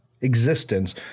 existence